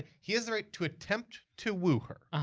he has the right to attempt to woo here,